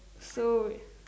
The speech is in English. so